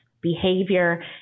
behavior